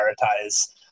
prioritize